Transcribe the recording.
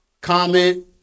Comment